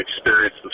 experience